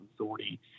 Authority